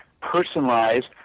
personalized